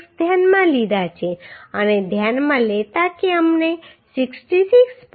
6 ધ્યાનમાં લીધા છે અને ધ્યાનમાં લેતા કે અમને 66